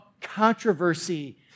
controversy